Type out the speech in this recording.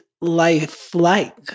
life-like